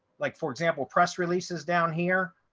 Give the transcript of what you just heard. like, for example, press releases down here.